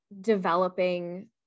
developing